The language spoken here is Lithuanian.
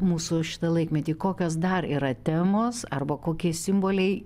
mūsų šitą laikmetį kokios dar yra temos arba kokie simboliai